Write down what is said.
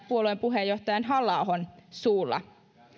puolueen puheenjohtaja halla ahon suulla